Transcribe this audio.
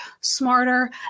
smarter